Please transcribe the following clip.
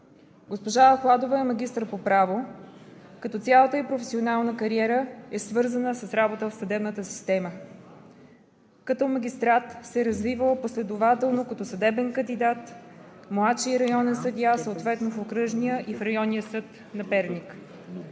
Госпожа Ахладова е магистър по право, като цялата ѝ професионална кариера е свързана с работа в съдебната система. Като магистрат се е развивала последователно като съдебен кандидат, младши районен съдия съответно в Окръжния и в Районния съд на Перник.